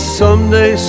someday